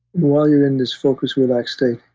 while you're in this focused, relaxed state,